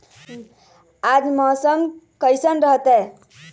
आज मौसम किसान रहतै?